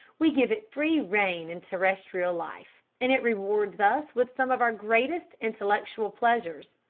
we give it free rein in terrestrial life, and it rewards us with some of our greatest intellectual pleasures.